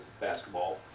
basketball